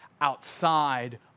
outside